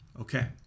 Okay